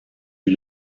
eut